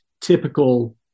typical